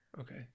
Okay